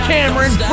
Cameron